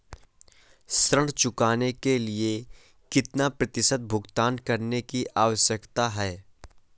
ऋण चुकाने के लिए कितना प्रतिशत भुगतान करने की आवश्यकता है?